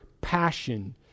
passion